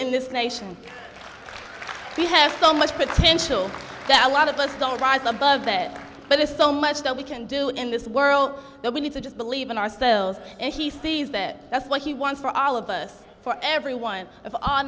in this nation we have so much potential that a lot of us don't rise above that but there's so much that we can do in this world that we need to just believe in ourselves and he sees that that's what he wants for all of us for everyone if on